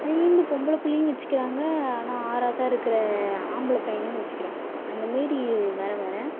இந்த பொம்பளப் பிள்ளையும் வெச்சிக்கிறாங்க ஆனால் ஆறாவதாக இருக்கிற ஆம்பளை பையனும் வச்சிக்கிறாங்க அந்தமாரி வர வர